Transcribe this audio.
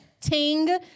Ting